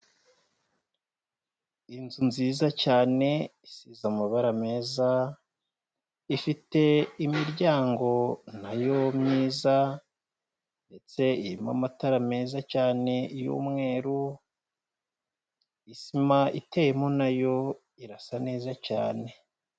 Inzu nziza cyane, isize amabara meza, ifite imiryango na yo myiza ndetse irimo amatara meza cyane y'umweru, isima iteyemo na yo irasa neza cyane.